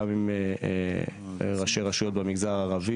גם עם ראשי רשויות במגזר הערבי,